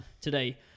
today